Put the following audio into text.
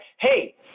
hey